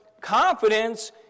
confidence